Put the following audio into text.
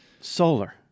Solar